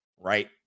right